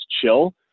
chill